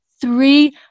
three